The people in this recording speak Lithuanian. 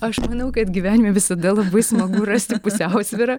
aš manau kad gyvenime visada labai smagu rasti pusiausvyrą